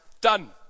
done